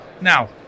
Now